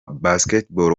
basketball